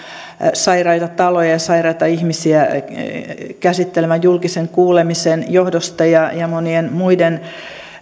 sairaita taloja ja sairaita ihmisiä käsitelleen julkisen kuulemisen johdosta ja ja monien muiden